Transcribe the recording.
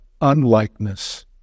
unlikeness